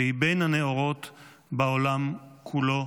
והיא בין הנאורות בעולם כולו.